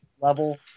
level